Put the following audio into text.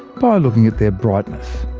by looking at their brightness.